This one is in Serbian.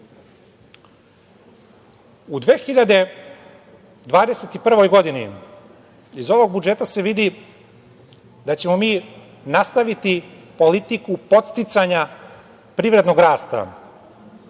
2021. godini, iz ovog budžeta se vidi da ćemo mi nastaviti politiku podsticanja privrednog rasta,